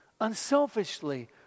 unselfishly